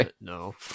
no